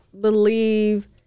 believe